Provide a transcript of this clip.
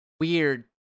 weird